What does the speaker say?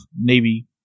Navy